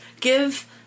give